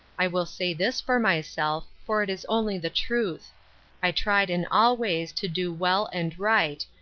i will say this for myself, for it is only the truth i tried in all ways to do well and right,